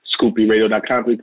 ScoopyRadio.com